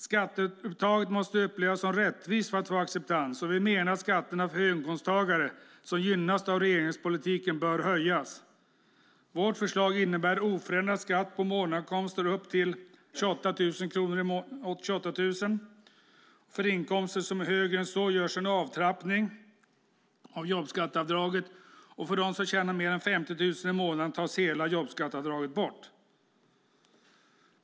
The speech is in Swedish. Skatteuttaget måste upplevas som rättvist för att få acceptans. Vi menar att skatterna för höginkomsttagare som gynnats av regeringspolitiken bör höjas. Vårt förslag innebär oförändrad skatt på månadsinkomster upp till 28 000 kronor. För inkomster som är högre än så görs en avtrappning av jobbskatteavdraget. För dem som tjänar mer än 50 000 kronor i månaden tas hela jobbskatteavdraget bort.